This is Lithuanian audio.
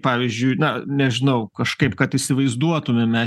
pavyzdžiui na nežinau kažkaip kad įsivaizduotumėme